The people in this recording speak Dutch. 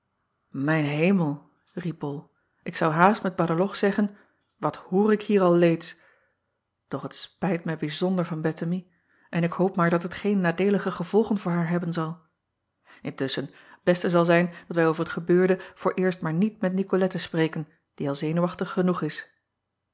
ijn hemel riep ol ik zou haast met adeloch zeggen wat hoor ik hier al leeds doch t spijt mij bijzonder van ettemie en ik hoop maar dat het geen nadeelige gevolgen voor haar hebben zal ntusschen t acob van ennep laasje evenster delen beste zal zijn dat wij over t gebeurde vooreerst maar niet met icolette spreken die al zenuwachtig genoeg is